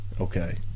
okay